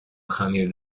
خمیر